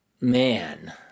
man